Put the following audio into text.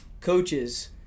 coaches